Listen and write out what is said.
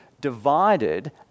divided